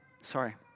sorry